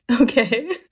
Okay